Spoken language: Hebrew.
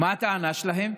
מה הטענה שלהם?